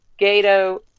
Gato